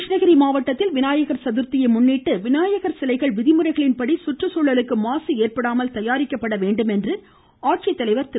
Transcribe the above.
கிருஷ்ணகிரி மாவட்டத்தில் விநாயகர் சதுர்த்தியை முன்னிட்டு விநாயகர் சிலைகள் விதிமுறைகளின்படி சுற்றுச்சூழலுக்கு மாசு ஏற்படாமல் தயாரிக்கப்பட வேண்டும் என்று மாவட்ட ஆட்சித்தலைவர் திரு